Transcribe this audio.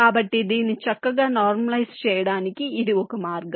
కాబట్టి దీన్ని చక్కగా నార్మలైజ్ చేయ డానికి ఇది ఒక మార్గం